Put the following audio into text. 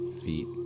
feet